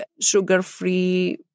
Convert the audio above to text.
sugar-free